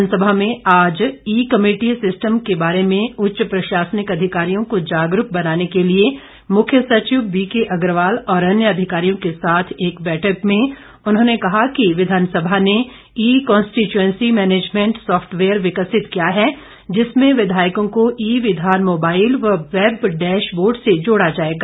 विधानसभा में आज e committee system के बारे में उच्च प्रशासनिक अधिकारियों को जागरूक बनाने के लिए मुख्य सचिव बीके अग्रवाल और अन्य अधिकारियों के साथ एक बैठक में उन्होंने कहा कि विधानसभा ने ई कन्स्टिचुअन्सी मैनेजमेंट सॉफ्टवेयर विकसित किया है जिसमें विधायकों को ई विधान मोबाइल व वेब डैश बोर्ड से जोड़ा जाएगा